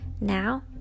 now